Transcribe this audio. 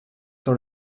sur